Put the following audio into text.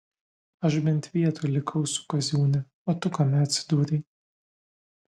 aš bent vietoj likau su kaziūne o tu kame atsidūrei